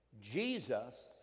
Jesus